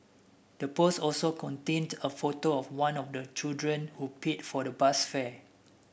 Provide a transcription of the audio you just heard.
the post also contained a photo of one of the children who paid for the bus fare